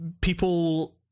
people